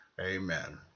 Amen